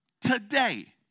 today